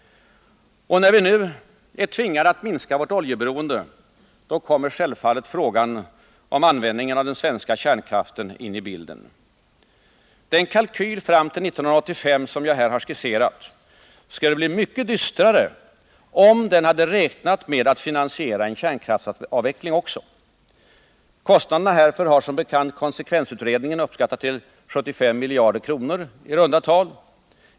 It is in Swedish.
Och när vi nu är tvingade att minska vårt oljeberoende kommer självfallet frågan om användningen av den svenska kärnkraften in i bilden. Den kalkyl fram till 1985 som jag här har skisserat skulle ha blivit mycket dystrare, om vi i den hade räknat med att finansiera en kärnkraftsavveckling också. Kostnaderna härför har som bekant konsekvensutredningen uppskattat till 75 miljarder kronor i runda tal.